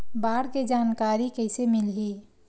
बाढ़ के जानकारी कइसे मिलही?